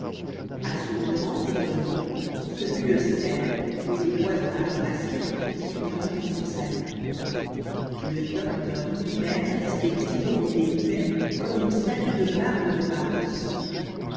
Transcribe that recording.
à son grand étonnement ce fut le cerf doué de bois en argent massif qui lui rendit son salut le docteur lui-même restait immobile et muet comme une statue de marbre de paros